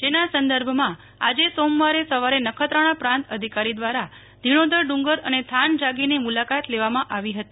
જેના સંદર્ભમાં આજે સોમવારે સવારે નખત્રાજ્ઞા પ્રાંત અધિકારી દ્વારા ધીજ્ઞોધર ડુંગર અને થાન જ્ઞગીરની મુલાકાત લેવામાં આવી હતી